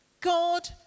God